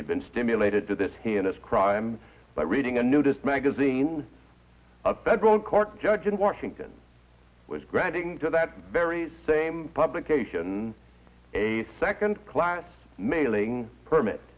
had been stimulated to this heinous crime by reading a nudist magazine a federal court judge in washington was granting to that very same publication a second class mailing permit